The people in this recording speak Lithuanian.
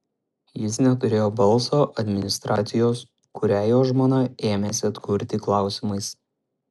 jis neturėjo balso administracijos kurią jo žmona ėmėsi atkurti klausimais